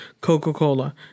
Coca-Cola